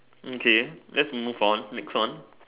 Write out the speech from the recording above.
mm K let's move on next one